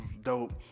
dope